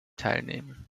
teilnehmen